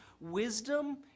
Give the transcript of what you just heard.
wisdom